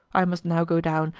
i must now go down,